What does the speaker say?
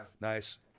Nice